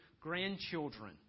grandchildren